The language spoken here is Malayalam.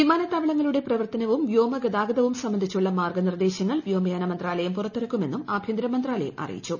വിമാനത്താവളങ്ങളുടെ പ്രവർത്തനവും വ്യോമഗതാഗതവും സംബന്ധിച്ചുള്ള മാർഗ്ഗനിർദ്ദേശങ്ങൾ വ്യോമയാന മന്ത്രാലയം പുറത്തിറക്കുമെന്നും ആഭ്യന്തര മന്ത്രാലയം അറിയിച്ചു